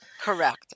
Correct